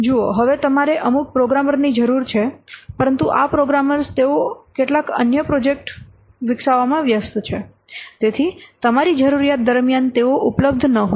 જુઓ હવે તમારે અમુક પ્રોગ્રામરોની જરૂર છે પરંતુ આ પ્રોગ્રામરો તેઓ કેટલાક અન્ય પ્રોજેક્ટ્સ વિકસાવવામાં વ્યસ્ત છે તેથી તમારી જરૂરિયાત દરમિયાન તેઓ ઉપલબ્ધ ન હોય